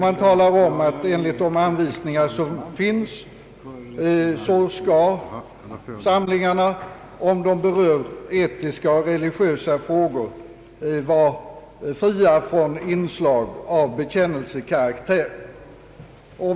Man talar om att enligt de anvisningar som finns skall samlingarna, om de berör etiska och religiösa frågor, vara fria från inslag av bekännelsekaraktär.